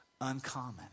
uncommon